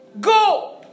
Go